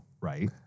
Right